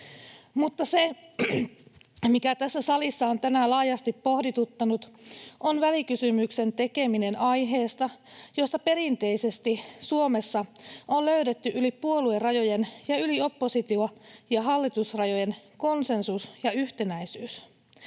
Mutta se, mikä tässä salissa on tänään laajasti pohdituttanut, on välikysymyksen tekeminen aiheesta, jossa perinteisesti Suomessa on löydetty yli puoluerajojen ja yli oppositio- ja hallitusrajojen konsensus ja yhtenäisyys.